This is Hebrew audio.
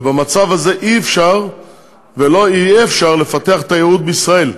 ובמצב הזה אי-אפשר ולא יהיה אפשר לפתח תיירות בישראל.